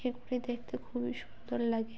এগুলি দেখতে খুবই সুন্দর লাগে